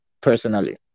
personally